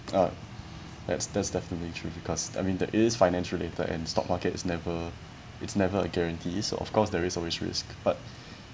uh that's that's definitely true because I mean that is finance related and stock market is never it's never a guarantee so of course there is always risk but